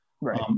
Right